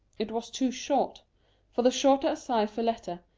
it was too short for the shorter a cypher letter,